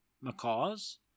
macaws